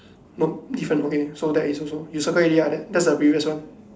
nope different okay so that's also you circle already ah that's the previous one